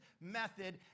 method